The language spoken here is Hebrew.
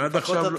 ועד עכשיו,